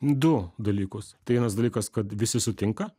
du dalykus tai vienas dalykas kad visi sutinka